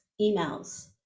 emails